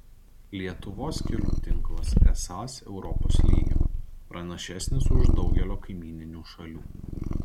lietuvos kelių tinklas esąs europos lygio pranašesnis už daugelio kaimyninių šalių